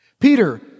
Peter